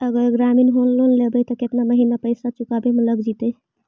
अगर ग्रामीण home loan लेबै त केतना महिना लोन के पैसा चुकावे में लग जैतै?